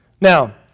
Now